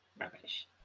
Rubbish